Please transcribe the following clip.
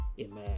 Amen